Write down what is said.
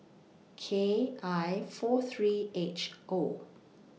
K I four three H O